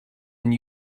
and